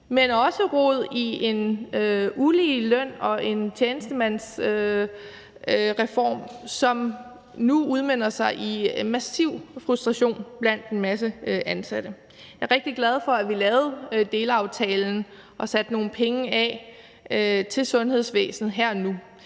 har også rod i en ulige løn og en tjenestemandsreform, som nu udmønter sig i massiv frustration blandt en masse ansatte. Jeg er rigtig glad for, at vi lavede delaftalen og satte nogle penge af til sundhedsvæsenet her og nu,